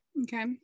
okay